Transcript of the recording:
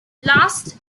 last